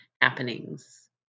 happenings